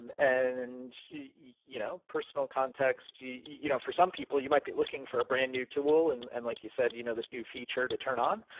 um and and you know personal context, you know for some people you might be looking for a brand new tool and and like you said, you know this new feature to turn on.